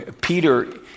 Peter